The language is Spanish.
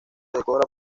decora